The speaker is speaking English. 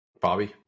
Bobby